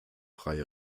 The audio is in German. freie